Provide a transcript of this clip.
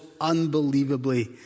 unbelievably